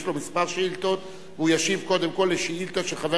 יש לו כמה שאילתות והוא ישיב קודם כול על שאילתא של חבר